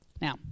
Now